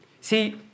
See